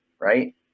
right